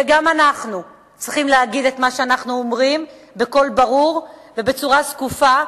וגם אנחנו צריכים להגיד את מה שאנחנו אומרים בקול ברור ובקומה זקופה: